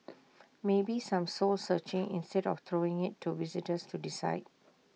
maybe some soul searching instead of throwing IT to visitors to decide